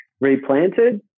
replanted